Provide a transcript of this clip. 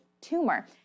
tumor